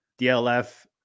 DLF